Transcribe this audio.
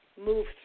move